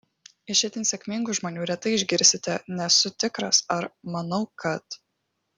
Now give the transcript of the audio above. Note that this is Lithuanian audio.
iš itin sėkmingų žmonių retai išgirsite nesu tikras ar manau kad